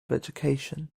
education